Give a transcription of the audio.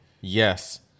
Yes